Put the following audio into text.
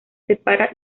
separa